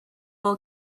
will